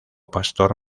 pastor